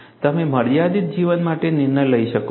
તમે મર્યાદિત જીવન માટે નિર્ણય લઈ શકો છો